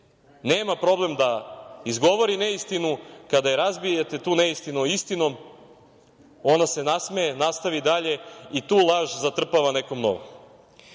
nema problem da izgovori neistinu, kada joj razbijete tu neistinu istinom, ona se nasmeje, nastavi dalje i tu laž zatrpava nekom novom. Ovo